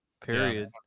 Period